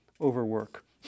overwork